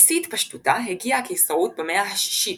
לשיא התפשטותה הגיעה הקיסרות במאה ה-6,